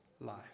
life